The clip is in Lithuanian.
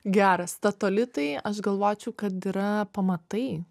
geras statolitai aš galvočiau kad yra pamatai